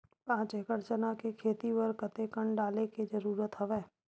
पांच एकड़ चना के खेती बर कते कन डाले के जरूरत हवय?